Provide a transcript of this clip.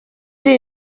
iri